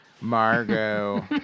Margot